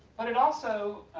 but it also,